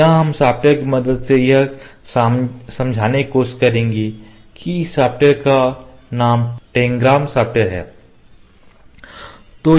यहां हम सॉफ्टवेयर की मदद से यह समझाने की कोशिश करेंगे इस सॉफ्टवेयर का नाम Tangram सॉफ्टवेयर है